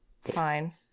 Fine